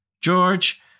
George